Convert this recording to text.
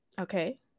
Okay